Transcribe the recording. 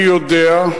אני יודע,